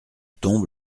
tombe